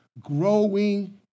growing